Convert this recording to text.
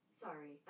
Sorry